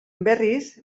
berriz